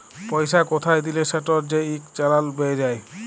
পইসা কোথায় দিলে সেটর যে ইক চালাল বেইরায়